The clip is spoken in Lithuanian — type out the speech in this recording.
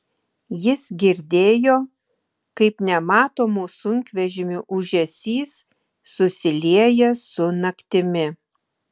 jis girdėjo kaip nematomų sunkvežimių ūžesys susilieja su naktimi